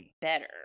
better